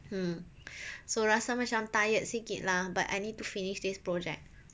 hmm so rasa macam tired sikit lah but I need to finish this project